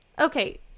Okay